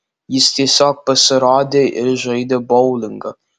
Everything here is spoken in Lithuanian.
jis tiesiog pasirodė ir žaidė boulingą